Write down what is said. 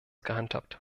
gehandhabt